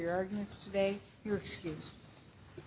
your arguments today your excuse